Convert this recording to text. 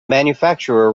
manufacturer